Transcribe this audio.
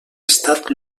estat